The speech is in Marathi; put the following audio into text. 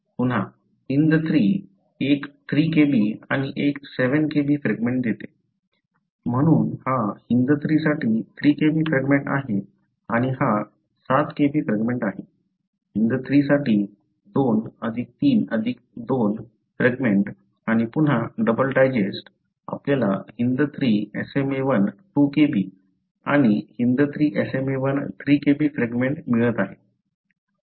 पुन्हा HindIII एक 3 Kb आणि एक 7 Kb फ्रॅगमेंट देते म्हणून हा HindIII साठी 3 Kb फ्रॅगमेंट आहे आणि हा 7 Kb फ्रॅगमेंट आहे HindIII साठी 2 3 2 फ्रॅगमेंट आणि पुन्हा डबल डायजेस्ट आपल्याला HindIII SmaI 2 Kb आणि HIndIII SmaI 3 Kb फ्रॅगमेंट मिळत आहेत